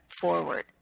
forward